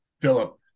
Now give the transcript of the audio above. Philip